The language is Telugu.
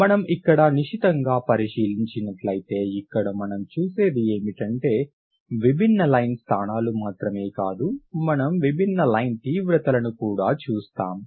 మనం ఇక్కడ నిశితంగా పరిశీలించినట్లయితే ఇక్కడ మనం చూసేది ఏమిటంటే విభిన్న లైన్ స్థానాలు మాత్రమే కాదు మనం విభిన్న లైన్ తీవ్రతలను కూడా చూస్తాం